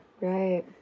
Right